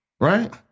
Right